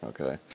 Okay